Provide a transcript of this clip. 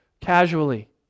casually